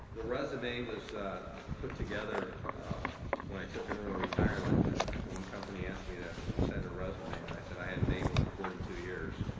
the resume was put together when i took an early retirement, and one company asked me to send a resume, and i said i hadn't made one in forty two years.